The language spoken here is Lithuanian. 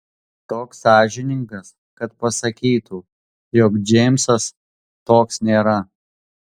toks sąžiningas kad pasakytų jog džeimsas toks nėra